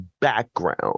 background